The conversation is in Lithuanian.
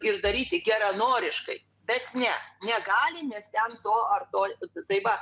ir daryti geranoriškai bet ne negali nes ten to ar tai va